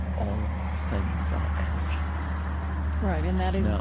all things are energy right, and that is, now,